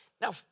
Now